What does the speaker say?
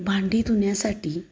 भांडी धुण्यासाठी